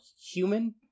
human